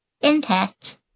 impact